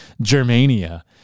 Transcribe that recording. Germania